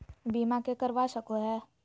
बीमा के करवा सको है?